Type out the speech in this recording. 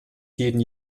jeden